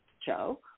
Joe